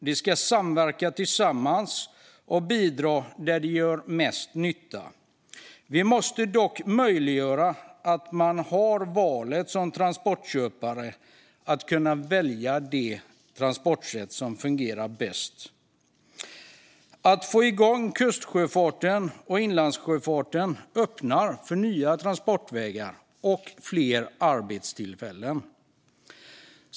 Transportsätten ska samverka och bidra där det gör mest nytta. Vi måste dock möjliggöra att man som transportköpare kan välja det transportsätt som fungerar bäst. Att få igång kustsjöfarten och inlandssjöfarten öppnar för nya transportvägar och fler arbetstillfällen.